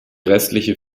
restliche